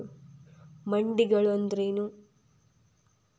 ಮಂಡಿಗಳು ಅಂದ್ರೇನು?